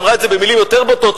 היא אמרה את זה שם במלים יותר בוטות,